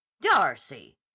Darcy